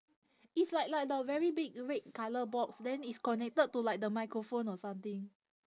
it's like like the very big red colour box then it's connected to like the microphone or something